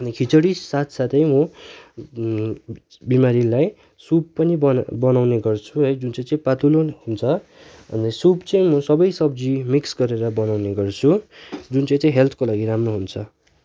अनि खिचडी साथसाथै म बिमारीलाई सुप पनि बनाउने गर्छु है जुन चाहिँ चाहिँ पातुलो हुन्छ सुप चाहिँ म सबै सब्जी मिक्स गरेर बनाउने गर्छु जुन चाहिँ चाहिँ हेल्थको लागि राम्रो हुन्छ